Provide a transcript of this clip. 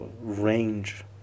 range